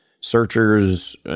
searchers